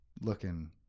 looking